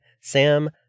Sam